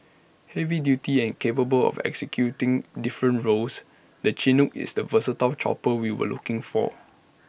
heavy duty and capable of executing different roles the Chinook is the versatile chopper we were looking for